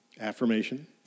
affirmation